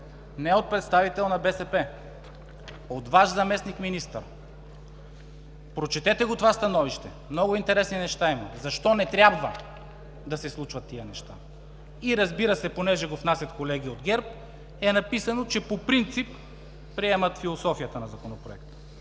Не от представител на БСП – от Ваш заместник-министър! Прочетете това становище. Много интересни неща има защо не трябва да се случват тези неща! Разбира се, понеже го внасят колеги от ГЕРБ, е написано, че по принцип приемат философията на Законопроекта.